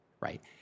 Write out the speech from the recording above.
right